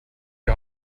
die